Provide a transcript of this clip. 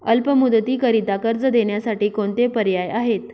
अल्प मुदतीकरीता कर्ज देण्यासाठी कोणते पर्याय आहेत?